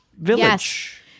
village